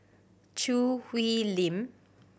Choo Hwee Lim